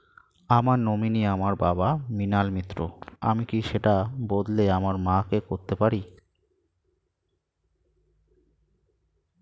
আমার নমিনি আমার বাবা, মৃণাল মিত্র, আমি কি সেটা বদলে আমার মা কে করতে পারি?